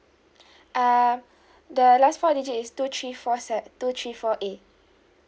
err the last four digit is two three four set two three four A